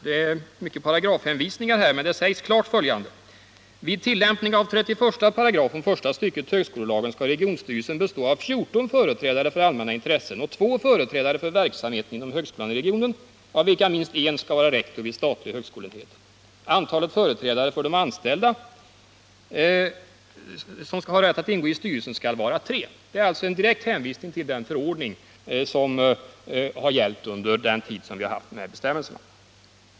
Där sägs klart att vid tillämpning av 31 § första stycket högskolelagen skall regionstyrelsen bestå av 14 företrädare för allmänna intressen och två företrädare för verksamheten inom högskolan i regionen av vilka minst en skall vara rektor vid statlig högskoleenhet. Antalet företrädare för de anställda som skall ha rätt att ingå i styrelsen skall vara tre. Det ges alltså en direkt hänvisning till den förordning som har gällt under den tid vi har haft de här bestämmelserna.